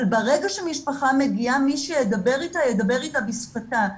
אבל ברגע שמשפחה מגיעה מי שידבר איתה ידבר איתה בשפתה.